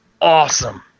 awesome